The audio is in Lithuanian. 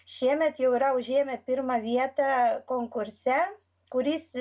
šiemet jau yra užėmę pirmą vietą konkurse kuris